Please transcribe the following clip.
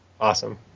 Awesome